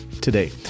today